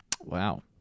Wow